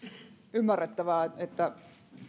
ymmärrettävää että